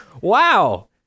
Wow